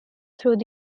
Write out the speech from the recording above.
through